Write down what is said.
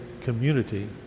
community